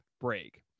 break